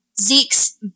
Zeke's